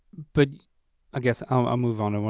but guess i'll ah move on and one